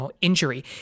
injury